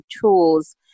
tools